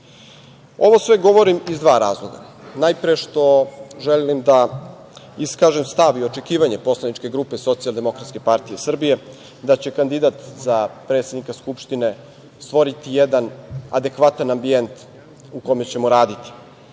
sve govori iz dva razloga. Najpre što želim da iskažem stav i očekivanje poslaničke grupe SDPS da će kandidat za predsednika Skupštine stvoriti jedan adekvatan ambijent u kome ćemo raditi.